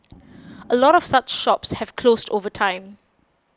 a lot of such shops have closed over time